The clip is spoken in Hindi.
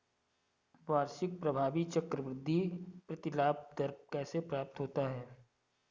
वार्षिक प्रभावी चक्रवृद्धि प्रतिलाभ दर कैसे प्राप्त होता है?